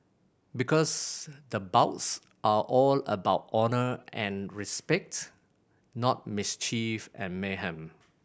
because the bouts are all about honour and respect not mischief and mayhem